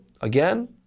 again